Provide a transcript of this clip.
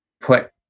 put